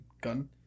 gun